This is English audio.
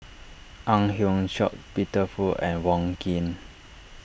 Ang Hiong Chiok Peter Fu and Wong Keen